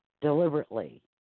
deliberately